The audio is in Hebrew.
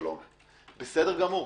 בסדר גמור.